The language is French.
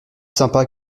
sympa